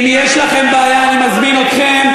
אם יש לכם בעיה, אני מזמין אתכם.